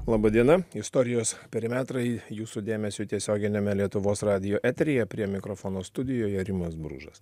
laba diena istorijos perimetrai jūsų dėmesiui tiesioginiame lietuvos radijo eteryje prie mikrofono studijoje rimas bružas